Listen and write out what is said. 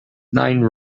nine